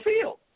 field